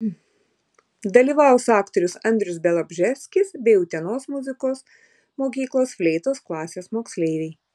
dalyvaus aktorius andrius bialobžeskis bei utenos muzikos mokyklos fleitos klasės moksleiviai